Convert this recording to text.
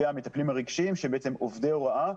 והמטפלים הרגשיים שהם בעצם עובדי הוראה,